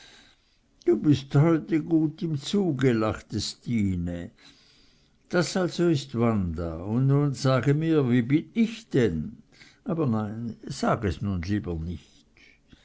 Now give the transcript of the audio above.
du bist heute gut im zuge lachte stine das also ist wanda und nun sage mir wie bin ich denn aber nein sag es nur lieber nicht